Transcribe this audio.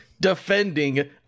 defending